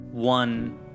one